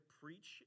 preach